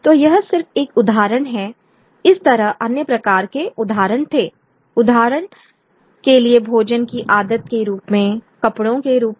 तो यह सिर्फ एक उदाहरण है इस तरह अन्य प्रकार के उदाहरण थे उदाहरण के लिए भोजन की आदत के रूप में कपड़ों के रूप में